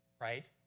right